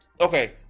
okay